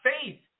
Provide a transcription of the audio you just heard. faith